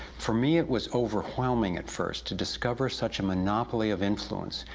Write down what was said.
for me it was overwhelming at first, to discover such a monopoly of influence,